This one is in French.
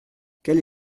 qu’elle